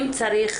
אם צריך